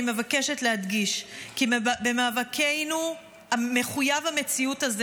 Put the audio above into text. אני מבקשת להדגיש כי במאבקנו מחויב המציאות הזה